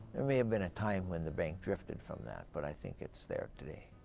there may have been a time when the bank drifted from that, but i think it's there today.